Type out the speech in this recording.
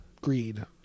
greed